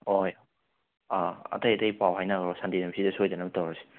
ꯍꯣꯏ ꯑꯥ ꯑꯇꯩ ꯑꯇꯩ ꯄꯥꯎ ꯍꯥꯏꯅꯈ꯭ꯔꯣ ꯁꯟꯗꯦ ꯅꯨꯃꯤꯠꯁꯤꯗ ꯁꯣꯏꯗꯅꯕ ꯇꯧꯔꯁꯤ